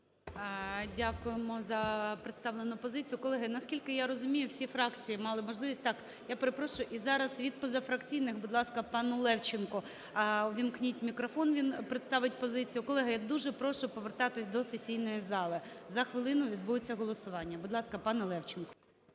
Дякуємо за представлену позицію. Колеги, наскільки я розумію, всі фракції мали можливість… Так, я перепрошую, і зараз від позафракційних пану Левченко ввімкніть мікрофон, він представить позицію. Колеги, я дуже прошу повертатись до сесійної зали, за хвилину відбудеться голосування. Будь ласка, пане Левченко.